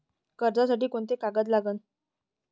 कर्जसाठी कोंते कागद लागन?